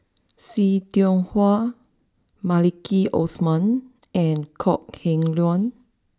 see Tiong Wah Maliki Osman and Kok Heng Leun